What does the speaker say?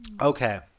Okay